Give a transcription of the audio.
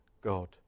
God